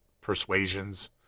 persuasions